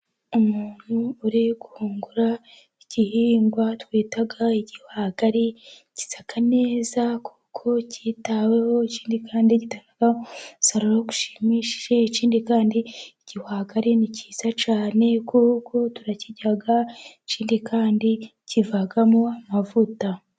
Umuntu uri guhungura igihingwa twita igihwagari, gisa neza kuko kitaweho, ikindi kandi gitanga umusaruro ushimishije ,ikindi kandi igihwagari ni cyiza cyane kuko kuko turakirya, ikindi kandi kivamwo amavuta.